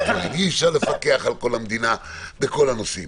אי-אפשר לפקח על כל המדינה בכל הנושאים.